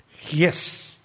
Yes